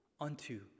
unto